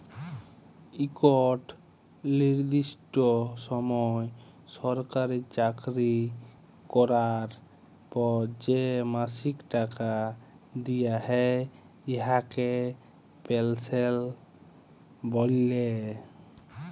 ইকট লিরদিষ্ট সময় সরকারি চাকরি ক্যরার পর যে মাসিক টাকা দিয়া হ্যয় উয়াকে পেলসল্ ব্যলে